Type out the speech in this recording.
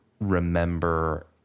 remember